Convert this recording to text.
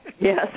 Yes